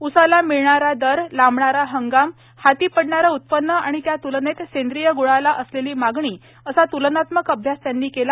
उसाला मिळणारा दर लांबणारा हंगाम हाती पडणारे उत्पन्न आणि त्या तुलनेत सेंद्रिय गुळाला असलेली मागणी असा तुलनात्मक अभ्यास त्यांनी केला